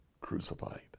crucified